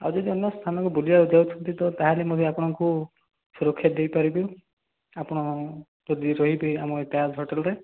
ଆଉ ଯଦି ଅନ୍ୟ ସ୍ଥାନକୁ ବୁଲିବାକୁ ଯାଉଛନ୍ତି ତ ତାହେଲେ ମଧ୍ୟ ଆପଣଙ୍କୁ ସୁରକ୍ଷା ଦେଇ ପାରିବି ଆପଣ ଯଦି ରହିବେ ଆମର ଏଇ ତାଜ୍ ହୋଟେଲରେ